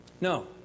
No